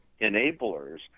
enablers